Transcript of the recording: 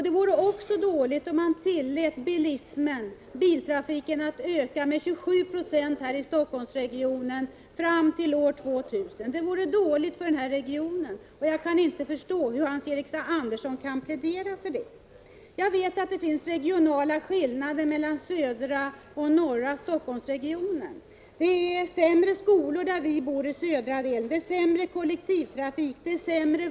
Det vore också dåligt om man tillät biltrafiken här i Stockholmsregionen öka med 27 9 fram till år 2000. Jag kan inte förstå hur Hans-Eric Andersson kan plädera för det. Jag vet att det finns skillnader mellan södra och norra Stockholmsregionen. Skolorna är sämre i södra regionen, där vi bor. Kollektivtrafiken är sämre.